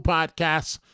Podcasts